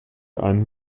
einen